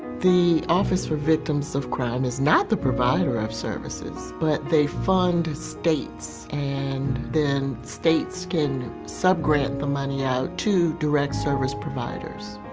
the office for victims of crime is not the provider of services, but they fund states, and then states can subgrant the money out to direct service providers.